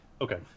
okay